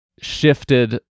shifted